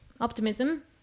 Optimism